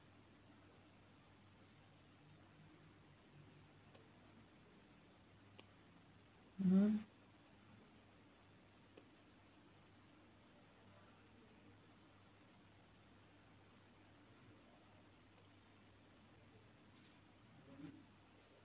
mmhmm